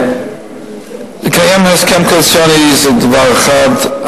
לקיים הסכם קואליציוני זה דבר אחד.